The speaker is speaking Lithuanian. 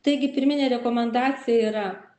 taigi pirminė rekomendacija yra